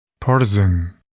partisan